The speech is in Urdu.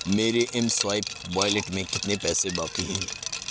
میرے ایم سوائیپ والیٹ میں کتنے پیسے باقی ہیں